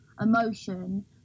emotion